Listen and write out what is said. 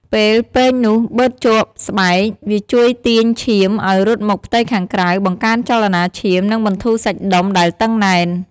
ពេលពែងនោះបឺតជាប់ស្បែក វាជួយទាញឈាមឲ្យរត់មកផ្ទៃខាងក្រៅ បង្កើនចលនាឈាម និងបន្ធូរសាច់ដុំដែលតឹងណែន។